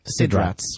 SIDRATS